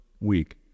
week